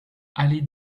allées